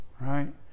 right